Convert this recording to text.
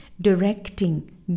directing